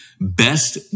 best